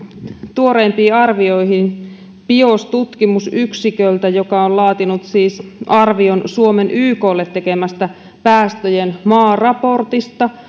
tuoreimpiin arvioihin bios tutkimusyksiköltä joka on siis laatinut arvion suomen yklle tekemästä päästöjen maaraportista